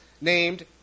named